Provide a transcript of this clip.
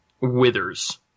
withers